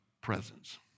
presence